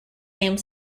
same